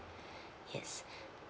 yes